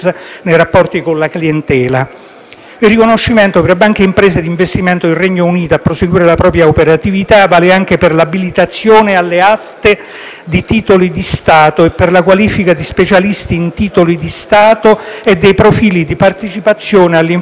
Il riconoscimento per banche e imprese di investimento del Regno Unito a proseguire la propria operatività vale anche per l'abilitazione alle aste di titoli di Stato e per la qualifica di specialista in titoli di Stato e dei profili di partecipazione alle infrastrutture di *post*-*trading*.